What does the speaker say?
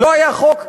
לא היה חוק,